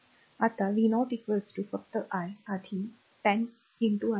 तर आता v0 फक्त I आधी 10 i 1 10